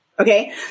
Okay